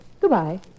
Goodbye